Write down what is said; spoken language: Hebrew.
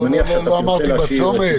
לא, לא אמרתי בצומת.